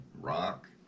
Rock